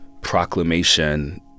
proclamation